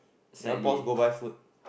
you want pause go buy food